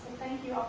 thank you.